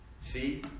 see